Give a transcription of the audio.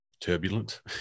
turbulent